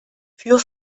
für